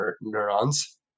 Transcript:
neurons